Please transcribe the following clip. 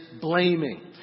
blaming